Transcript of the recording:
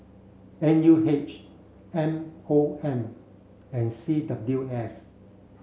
N U H M O M and C W S